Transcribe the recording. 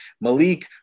Malik